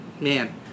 man